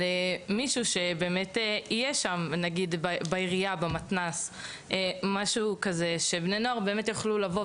שיהיה בו מישהו בעירייה או במתנ״ס כך שבני הנוער גם יוכלו לגשת